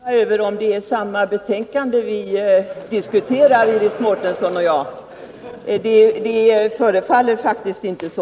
Herr talman! Nu börjar jag undra om det är samma betänkande vi diskuterar, Iris Mårtensson och jag. Det förefaller faktiskt inte så.